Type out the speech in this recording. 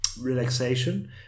relaxation